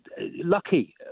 Lucky